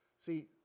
See